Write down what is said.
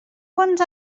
quants